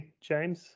James